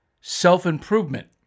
self-improvement